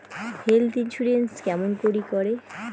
Health insurance কেমন করি করে?